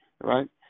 right